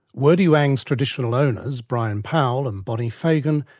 wurdi youang's traditional owners, bryon powell and bonnie fagan,